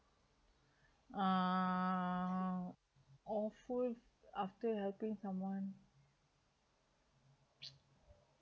err awful after helping someone